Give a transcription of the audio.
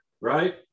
right